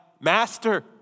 Master